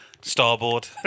starboard